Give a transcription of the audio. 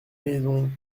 maison